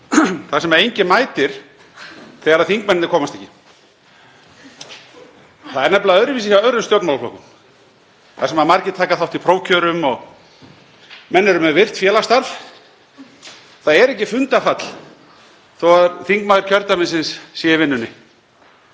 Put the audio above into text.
þar sem enginn mætir þegar þingmennirnir komast ekki. Það er nefnilega öðruvísi hjá öðrum stjórnmálaflokkum þar sem margir taka þátt í prófkjörum og menn eru með virkt félagsstarf. Það er ekki fundarfall þó að þingmaður kjördæmisins sé í vinnunni.